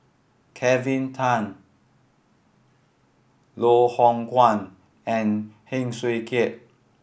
Kelvin Tan Loh Hoong Kwan and Heng Swee Keat